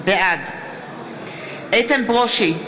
בעד איתן ברושי,